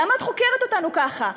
למה את חוקרת אותנו ככה?